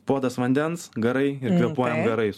puodas vandens garai ir kvėpuojam garais